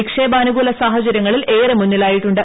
നിക്ഷേപാനുകൂല സാഹചര്യങ്ങളിൽ ഏറെ മുന്നിലായിട്ടുണ്ട്